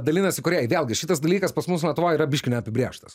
dalinasi kūrėjai vėlgi šitas dalykas pas mus lietuvoj yra biškį neapibrėžtas